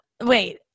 wait